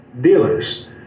dealers